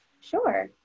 sure